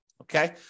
Okay